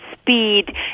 speed